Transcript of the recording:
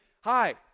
hi